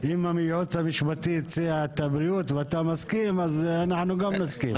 אם הייעוץ המשפטי הציע את הבריאות ואתה מסכים אז אנחנו גם נסכים.